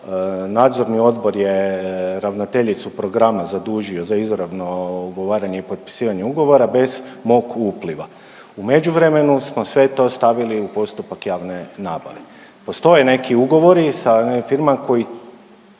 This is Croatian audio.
Nadzorni odbor je ravnateljicu programa zadužio za izravno ugovaranje i potpisivanje ugovora bez mog upliva. U međuvremenu smo sve to stavili u postupak javne nabave. Postoje neki ugovori sa firmama koji